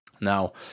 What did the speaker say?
Now